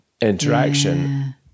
interaction